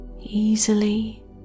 easily